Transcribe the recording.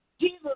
Jesus